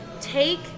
take